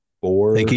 four